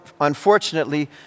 unfortunately